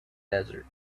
desert